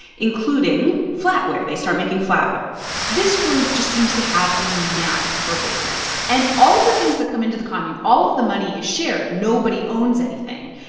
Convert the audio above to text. including flatware. they start making flatware this group just seems to have a knack for business. and all of the things that come into the commune all of the money is shared. nobody owns anything.